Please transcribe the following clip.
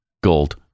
Gold